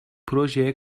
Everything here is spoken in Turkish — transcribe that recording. projeye